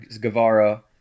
Guevara